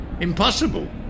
Impossible